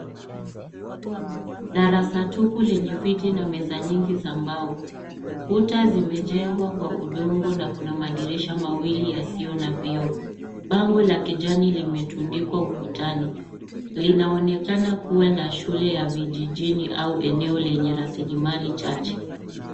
Darasa tupu lenye viti na meza nyingi za mbao kuta zimejengwa kwa udongo na kuna madiirisha mawili yasiyo na vioo bango la kijani limetundikwa ukutani linaonekana kuwa la shule ya vijijini au eneo yenye rasilimali chache.